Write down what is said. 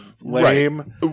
lame